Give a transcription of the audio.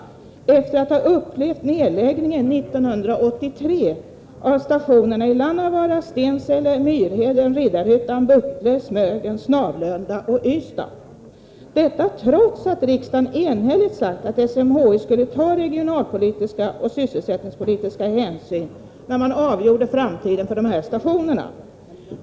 Det gör jag inte efter att ha upplevt nedläggningen år 1983 av stationerna i Lannavaara, Stensele, Myrheden, Riddarhyttan, Buttle, Smögen, Snavlunda och Ystad. Nedläggningarna skedde trots att riksdagen enhälligt uttalat att SMHI skulle ta regionalpolitiska och sysselsättningspolitiska hänsyn när man avgjorde framtiden för de här stationerna.